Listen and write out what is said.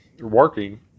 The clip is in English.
working